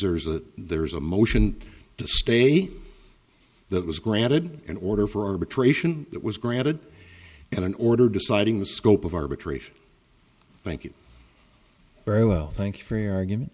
there's a there's a motion to stay that was granted an order for arbitration that was granted and an order deciding the scope of arbitration thank you very well thank you for your argument